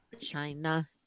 China